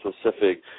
specific